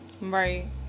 right